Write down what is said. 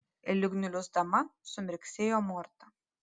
lyg nuliūsdama sumirksėjo morta